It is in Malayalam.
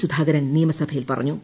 സുധാകരൻ നിയമസഭയിൽ പറഞ്ഞു